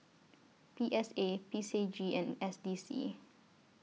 P S A P C J and S D C